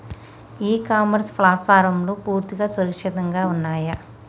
ఇ commerce ప్లాట్ఫారమ్లు పూర్తిగా సురక్షితంగా ఉన్నయా?